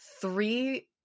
three